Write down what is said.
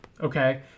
Okay